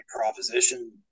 proposition